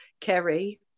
Kerry